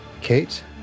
Kate